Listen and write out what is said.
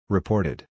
Reported